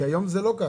היום זה לא כך.